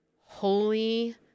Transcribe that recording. holy